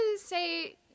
say